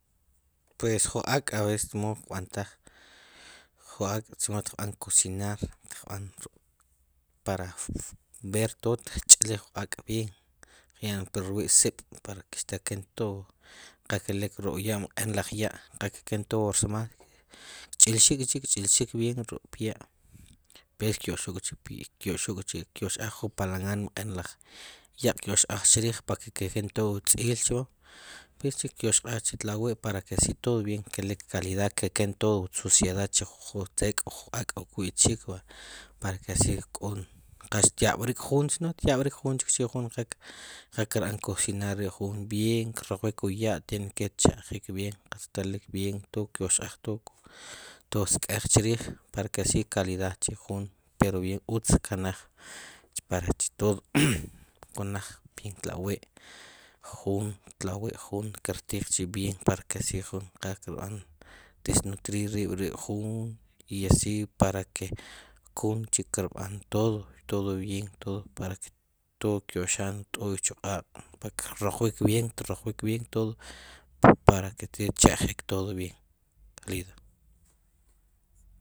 Pues ju ak' aves komo kb'antaj ju ak' chimo xqb'an kocinar tqb'an ruk' para ver tod tqch'ilij wu ak' vien tqyan purwi sib' para ke xteken tod wu qakelik ruk'ya mq'en lasjya' qakeken tod wu rsmal kch'ilxikk'ch'i k'ch'ilk vien ruk' pya' ves kyoqchok k'ch'i kyoqchok k'chi pyupalangan mq'en lajya' kyoqajchij rech pake keken njel wu tz'il chpom kyoqachi tlawi para ke asi todo vien kelik kalidad keken todo wu susiedad chij wu ju tz'ek' wu ju ak' kwitxik va para ke asi k'o qa xtyab'rik jun si no xtyab'rik jun chikchi qa kerb'an kocinar jun vien qroqwik wu ya' tiene ke tcheq'ik vien telik vien tyoqak vien tod sk'ej chrij para ke asi kalida k'chi jun pero vien utz kanaj para chi tod kanaj vien tlawi jun tlawi jun tlawi ktij chi vien para ke si jun qa kerb'an desnutririb' jun i asi para ke qal jun chi kerb'an tod vien tod vien para ke tod qyoq chan tu'y chu q'aq para ke kroq wi vien kroq wik vien tod para ke tch'eqjik tod vien